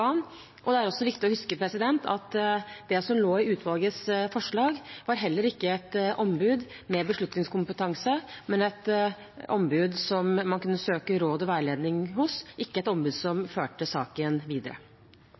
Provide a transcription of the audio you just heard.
Det er også viktig å huske at det som lå i utvalgets forslag, heller ikke var et ombud med beslutningskompetanse, men et ombud som man kunne søke råd og veiledning hos, ikke et ombud som førte saken videre.